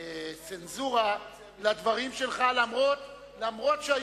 צנזורה לדברים שלך, זו פרובוקציה.